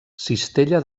cistella